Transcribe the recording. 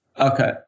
okay